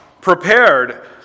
prepared